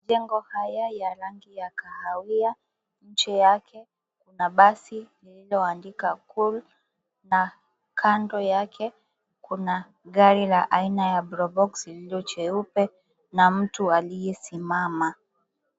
Majengo haya ya rangi ya kahawia. Juu yake kuna basi lililoandikwa Cool, na kando yake kuna gari aina ya Probox lililo jeupe na mtu aliyesimama.